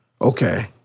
Okay